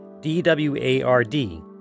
D-W-A-R-D